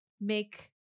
make